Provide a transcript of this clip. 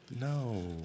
No